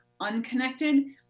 unconnected